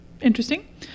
interesting